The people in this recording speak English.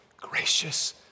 gracious